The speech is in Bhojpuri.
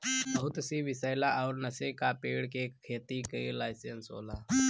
बहुत सी विसैला अउर नसे का पेड़ के खेती के लाइसेंस होला